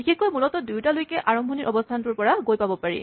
বিশেষকৈ মূলতঃ দুয়োটালৈকে আৰম্ভণিৰ অৱস্হানটোৰ পৰা গৈ পাব পাৰি